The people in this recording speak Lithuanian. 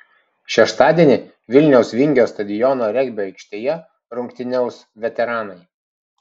šeštadienį vilniaus vingio stadiono regbio aikštėje rungtyniaus veteranai